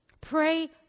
Pray